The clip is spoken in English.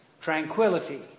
tranquility